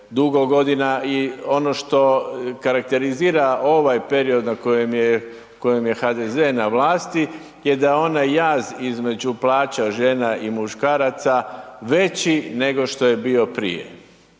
i ono što karakterizira ovaj period na kojem je HDZ na vlasti je da je onaj jaz između plaća žena i muškaraca veći nego što je bio prije.